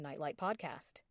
nightlightpodcast